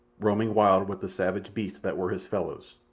roaming wild with the savage beasts that were his fellows.